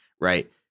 right